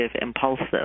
impulsive